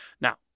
Now